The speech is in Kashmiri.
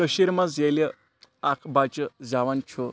کٔشیٖرِ منٛز ییٚلہِ اَکھ بَچہِ زیٚوان چھُ